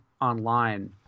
online